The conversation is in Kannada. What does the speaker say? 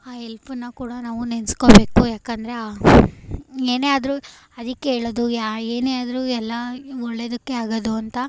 ಆ ಹೆಲ್ಪನ್ನು ಕೂಡ ನಾವು ನೆನೆಸ್ಕೋಬೇಕು ಯಾಕಂದರೆ ಆ ಏನೇ ಆದರೂ ಅದಕ್ಕೆ ಹೇಳೋದು ಯಾ ಏನೇ ಆದರೂ ಎಲ್ಲ ಒಳ್ಳೆಯದಕ್ಕೆ ಆಗೋದು ಅಂತ